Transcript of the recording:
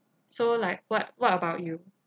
so like what what about you